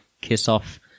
kiss-off